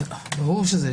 ברור.